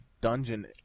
dungeon